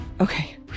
Okay